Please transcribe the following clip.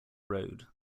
road